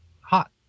hot